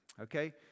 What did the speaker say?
okay